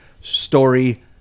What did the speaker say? story